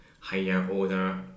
higher-order